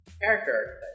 Character